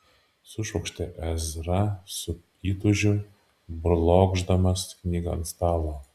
sušvokštė ezra su įtūžiu blokšdamas knygą ant stalo